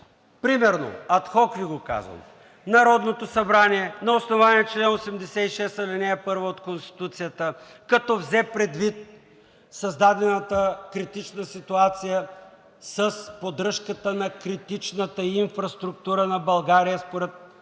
Примерно ад хок Ви го казвам: „Народното събрание на основание чл. 86, ал. 1 от Конституцията, като взе предвид създадената критична ситуация с поддръжката на критичната инфраструктура на България според Закона